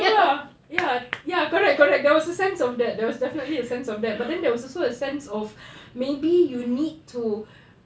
tu ah ya ya correct correct there was a sense of that there's definitely a sense of that but then there was also a sense of maybe you need to